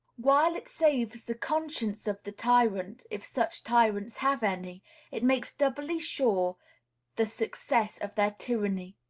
while it saves the conscience of the tyrant if such tyrants have any it makes doubly sure the success of their tyranny.